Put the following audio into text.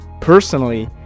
personally